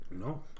No